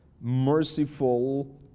merciful